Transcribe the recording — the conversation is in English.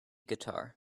guitar